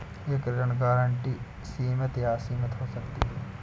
एक ऋण गारंटी सीमित या असीमित हो सकती है